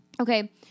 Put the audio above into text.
Okay